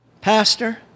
pastor